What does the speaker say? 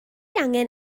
angen